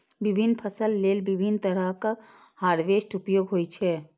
विभिन्न फसल लेल विभिन्न तरहक हार्वेस्टर उपयोग होइ छै